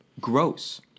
Gross